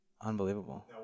unbelievable